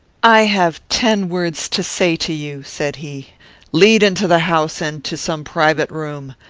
i have ten words to say to you said he lead into the house, and to some private room.